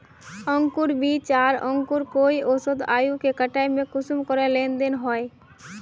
अंकूर बीज आर अंकूर कई औसत आयु के कटाई में कुंसम करे लेन देन होए?